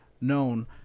known